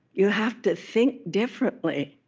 you have to think differently